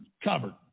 covered